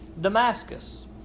Damascus